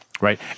right